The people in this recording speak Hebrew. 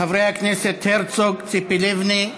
חברי הכנסת הרצוג, ציפי לבני,